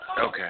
okay